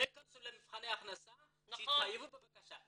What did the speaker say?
לא ייכנסו למבחני הכנסה, שיתחייבו בבקשה.